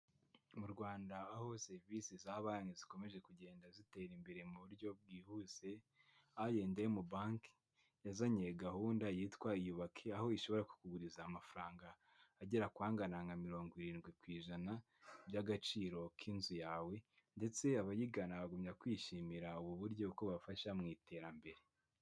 Mu rwanda aho serivisi za banki zikomeje kugenda zitera imbere mu buryo bwihuse, ayi ende emu banke, yazanye gahunda yitwa iyubake aho ishobora kuguriza amafaranga agera ku angana na mirongo irindwi kuijana by'agaciro k'inzu yawe, ndetse abayigana bagumya kwishimira ubu buryo uko wafasha mu iterambere.